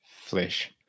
flesh